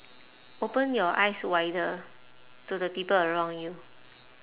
open your eyes wider to the people around you